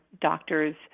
doctors